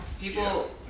people